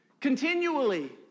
continually